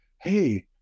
Hey